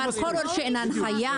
אבל כל עוד שאין הנחיה,